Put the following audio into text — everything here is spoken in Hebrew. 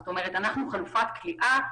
זאת אומרת אנחנו חלופת כליאה,